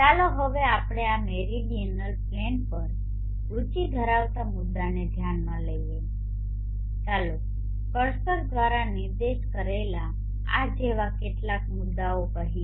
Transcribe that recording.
ચાલો હવે આપણે આ મેરીડીઅનલ પ્લેન પર રુચિ ધરાવતા મુદ્દાને ધ્યાનમાં લઈએ ચાલો કર્સર દ્વારા નિર્દેશ કરેલા આ જેવા કેટલાક મુદ્દાઓ કહીએ